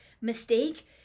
mistake